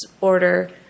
order